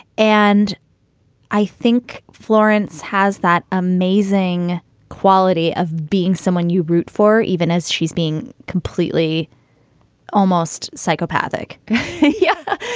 and i think florence has that amazing quality of being someone you root for, even as she's being completely almost psychopathic yeah